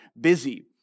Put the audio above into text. busy